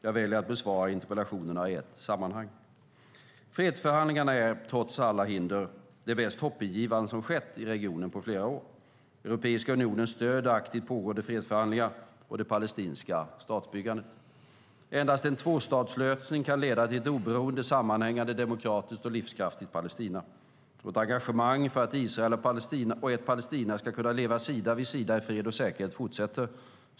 Jag väljer att besvara interpellationerna i ett sammanhang. Fredsförhandlingarna är, trots alla hinder, det mest hoppingivande som skett i regionen på flera år. Europeiska unionen stöder aktivt pågående fredsförhandlingar och det palestinska statsbyggandet. Endast en tvåstatslösning kan leda till ett oberoende, sammanhängande, demokratiskt och livskraftigt Palestina. Vårt engagemang för att Israel och ett Palestina ska kunna leva sida vid sida i fred och säkerhet fortsätter.